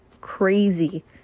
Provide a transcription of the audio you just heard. crazy